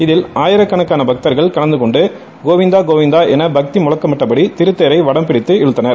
இதில் ஆயிரக்கணக்கான பக்தர்கள் கலந்து கொண்டு கோவிந்தா கோவிந்தா பக்தி முழக்கமிட்டபடி திருத்தேரை வடம் பிடித்து தேர் இழுத்தனர்